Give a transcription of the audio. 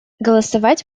голосовать